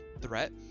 threat